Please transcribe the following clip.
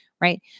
right